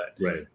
right